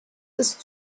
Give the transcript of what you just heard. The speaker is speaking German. ist